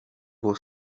było